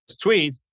tweet